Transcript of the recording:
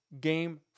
game